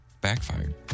backfired